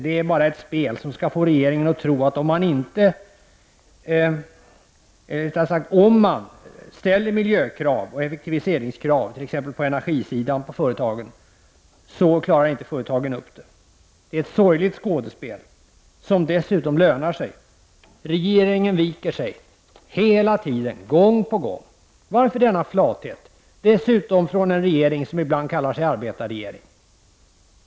Det är bara ett spel som skall få regering och riksdag att tro att om man ställer miljöoch effektiviseringskrav på företagen —t.ex. på energisidan — klarar inte företagen upp det. Det är ett sorgligt skådespel, som dessutom lönar sig. Regeringen viker sig, gång på gång! Varför denna flathet — och dessutom från en regering ibland kallar sig arbetarregering?